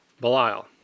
Belial